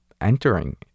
entering